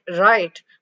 right